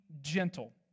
gentle